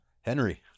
Henry